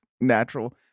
natural